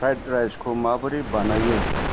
fried राइसखौ माबोरै बानायनो